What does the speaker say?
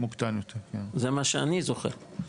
זה מה שאני זוכר,